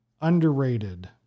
underrated